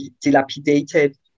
dilapidated